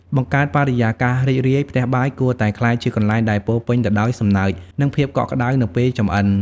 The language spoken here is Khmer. បង្កើតបរិយាកាសរីករាយ ផ្ទះបាយគួរតែក្លាយជាកន្លែងដែលពោរពេញទៅដោយសំណើច និងភាពកក់ក្ដៅនៅពេលចម្អិន ។